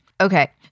Okay